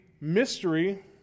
mystery